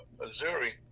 Missouri